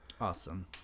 Awesome